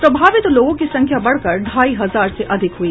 प्रभावित लोगों की संख्या बढ़कर ढ़ाई हजार से अधिक हुई